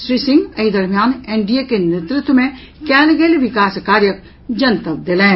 श्री सिंह एहि दरमियान एनडीए के नेतृत्व मे कयल गेल विकास कार्यक जनतब देलनि